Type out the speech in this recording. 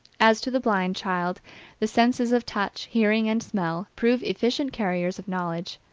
as to the blind child the senses of touch, hearing and smell prove efficient carriers of knowledge,